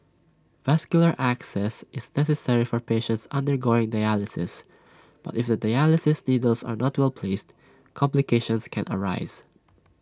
vascular access is necessary for patients undergoing dialysis but if the dialysis needles are not well placed complications can arise